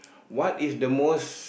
what is the most